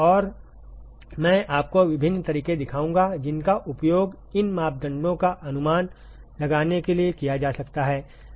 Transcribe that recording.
और मैं आपको विभिन्न तरीके दिखाऊंगा जिनका उपयोग इन मापदंडों का अनुमान लगाने के लिए किया जा सकता है